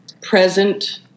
present